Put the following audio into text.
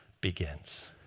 begins